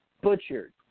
butchered